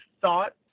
thought